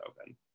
open